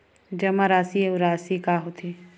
जमा राशि अउ राशि का होथे?